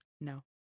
No